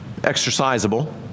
exercisable